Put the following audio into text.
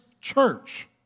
Church